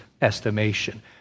estimation